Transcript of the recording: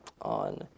on